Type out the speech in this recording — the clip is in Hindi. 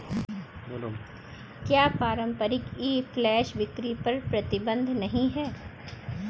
क्या पारंपरिक ई कॉमर्स फ्लैश बिक्री पर प्रतिबंध नहीं है?